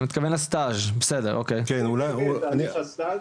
תהליך הסטאז', אני אגיד